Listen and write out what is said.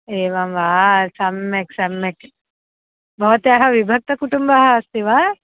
एवं वा सम्यक् सम्यक् भवत्याः विभक्तकुटुम्बः अस्ति वा